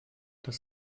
das